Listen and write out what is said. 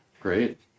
Great